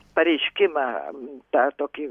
pareiškimą tą tokį